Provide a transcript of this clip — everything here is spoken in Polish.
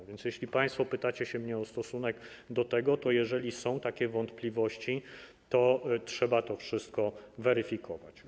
A więc jeśli państwo pytacie mnie o stosunek do tego, to jeżeli są takie wątpliwości, to trzeba to wszystko weryfikować.